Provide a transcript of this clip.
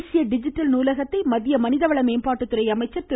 தேசிய டிஜிட்டல் நூலகத்தை மத்திய மனிதவள மேம்பாட்டுத்துறை அமைச்சர் திரு